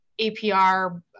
APR